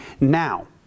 now